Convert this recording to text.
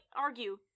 argue